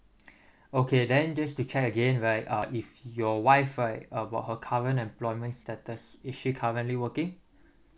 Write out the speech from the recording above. okay then just to check again right uh if your wife right about her current employment status is she currently working